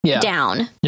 down